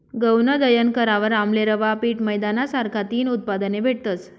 गऊनं दयन करावर आमले रवा, पीठ, मैदाना सारखा तीन उत्पादने भेटतस